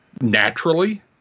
naturally